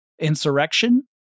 insurrection